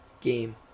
game